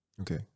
Okay